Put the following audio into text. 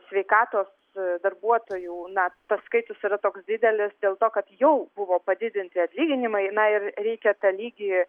sveikatos darbuotojų na tas skaičius yra toks didelis dėl to kad jau buvo padidinti atlyginimai na ir reikia tą lygį